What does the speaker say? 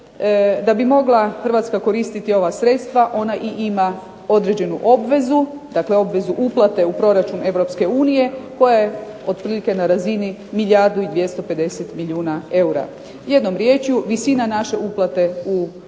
da bi mogla Hrvatska koristiti ova sredstva ona i ima određenu obvezu, dakle obvezu uplate u proračun Europske unije koja je otprilike na razini milijardu i 250 milijuna eura. Jednom rječju, visina naše uplate u proračun